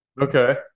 Okay